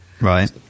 Right